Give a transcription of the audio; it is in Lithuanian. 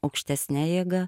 aukštesne jėga